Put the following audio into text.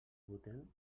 votem